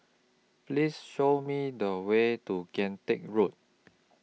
Please Show Me The Way to Kian Teck Road